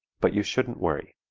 but you shouldn't worry.